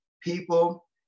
people